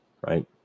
right